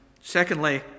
Secondly